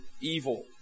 evil